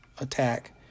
attack